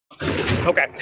Okay